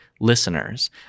listeners